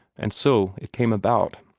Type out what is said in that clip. and so it came about.